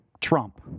Trump